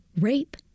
rape